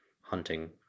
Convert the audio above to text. hunting